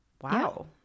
Wow